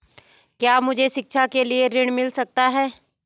क्या मुझे शिक्षा के लिए ऋण मिल सकता है?